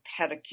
pedicure